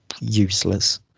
Useless